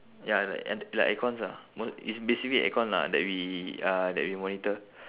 ya it's like a~ like aircons ah it's basically aircon lah that we uh that we monitor